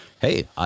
Hey